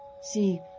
See